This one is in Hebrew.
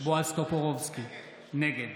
בועז טופורובסקי, נגד